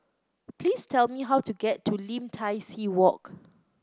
please tell me how to get to Lim Tai See Walk